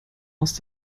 aus